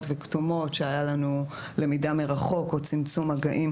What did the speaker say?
וכתומות שהיה לנו למידה מרחוק או צמצום מגעים,